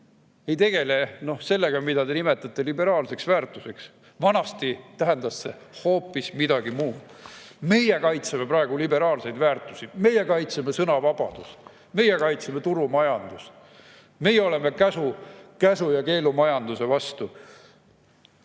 ei tegele sellega, mida te nimetate liberaalseks väärtuseks. Vanasti tähendas see hoopis midagi muud. Meie praegu kaitseme liberaalseid väärtusi, meie kaitseme sõnavabadust, meie kaitseme turumajandust. Meie oleme käsu- ja keelumajanduse vastu